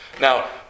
Now